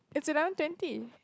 it's eleven twenty